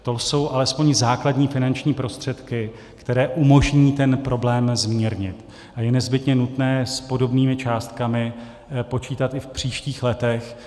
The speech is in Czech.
To jsou alespoň základní finanční prostředky, které umožní ten problém zmírnit, a je nezbytně nutné s podobnými částkami počítat i v příštích letech.